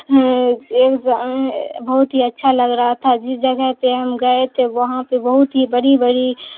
ایک بہت ہی اچھا لگ رہا تھا جس جگہ پہ ہم گئے تھے وہاں پہ بہت ہی بڑی بڑی